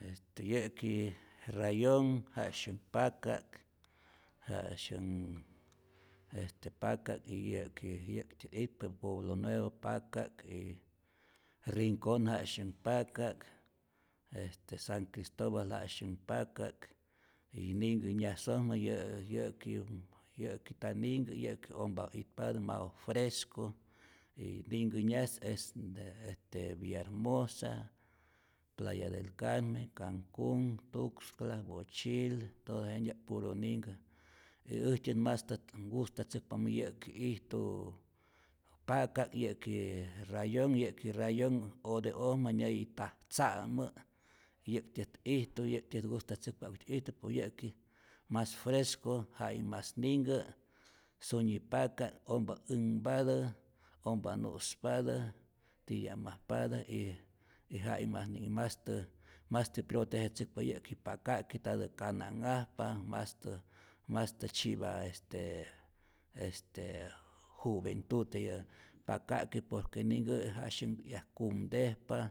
Este yä'ki rayonh ja'syunh paka'k, ja'syunh este paka'k y yä'ki yäktyä ijtu pueblo nuevo paka'k y rincon ja'syanh paka'k, este san cristobal ja'syanh paka'k, y ninhkä nyasojmä yä yä'ki yä'ki nta ninhkä, yäki ompa itpatä, mau fresco, y ninkä nyas es villarmosa, playa del carmen, cancun, tuxcla, bochil, todo jentya'p puro ninhkä y äjtyät mastät nkustatzäkpamä yä'ki ijtu paka'k, yäki rayonh, yä' ki rayonh ote'ojmä nyäyi tajtza'mä, yä'ktyät ijtu, yä'ktyät gustatzäkpa jakutyät ijtu por yä'ki mas fresco, ja ij mas ninhkä, sunyi paka'k, ompa änhpatät, ompa nu'spatä, tiya'majpatä y y ja'i mas mastä protejetzäkpa yä'ki paka'ki, ntatä kana'nhajpa, mastä mastä tzyipa este este juventud yä paka'ki, por que ninhkä ja'syanh 'yak kumtejpa,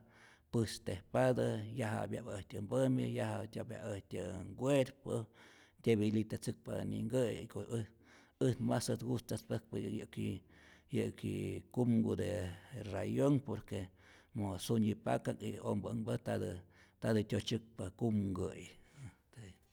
pästejpatä, yajapya äjtyä mpämi', yajapya äjyä nkuerpo, dyebilitatzäkpatä ninkä'i, jiko't äj äj masät ngustatzäkpa yä yä'ki, yäki kumku de rayon por que mo sunyi paka'k y ompa änhpatät, ntatä ntatä tyotzyäkpa kumkä'i.